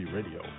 Radio